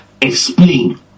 explain